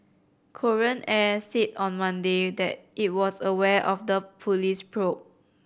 Korean Air said on Monday that it was aware of the police probe